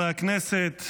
הכנסת.